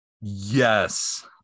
yes